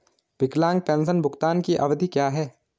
विकलांग पेंशन भुगतान की अवधि क्या है?